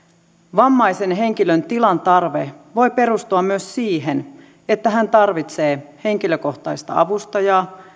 vammaisen henkilön tilan tarve voi perustua myös siihen että hän tarvitsee henkilökohtaista avustajaa